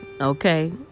okay